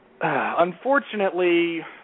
Unfortunately